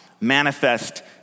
manifest